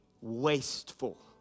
wasteful